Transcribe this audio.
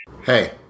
Hey